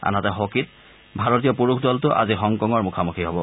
আনহাতে হকীত ভাৰতীয় পুৰুষ দলটো আজি হংকঙৰ মুখমুখি হব